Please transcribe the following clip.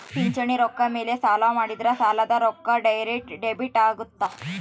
ಪಿಂಚಣಿ ರೊಕ್ಕ ಮೇಲೆ ಸಾಲ ಮಾಡಿದ್ರಾ ಸಾಲದ ರೊಕ್ಕ ಡೈರೆಕ್ಟ್ ಡೆಬಿಟ್ ಅಗುತ್ತ